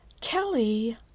Kelly